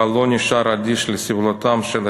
אבל לא נשאר אדיש לסבלותם של אחיו,